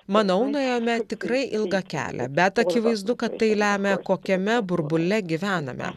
manau nuėjome tikrai ilgą kelią bet akivaizdu kad tai lemia kokiame burbule gyvename